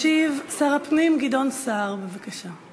ישיב שר הפנים גדעון סער, בבקשה.